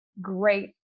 great